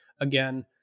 again